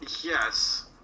Yes